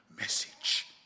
message